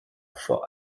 vor